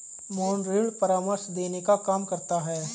मोहन ऋण परामर्श देने का काम करता है